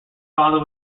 father